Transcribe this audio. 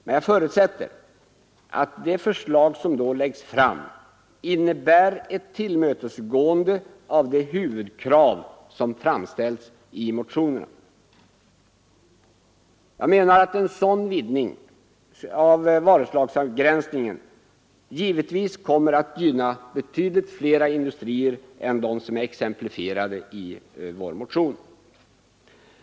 Men jag förutsätter att det förslag som då läggs fram innebär ett tillmötesgående av de huvudkrav som framställts i motionerna. En sådan vidgning av varuslagsavgränsningen kommer givetvis att gynna betydligt fler industrier än de som är exemplifierade i vår motion.